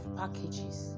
packages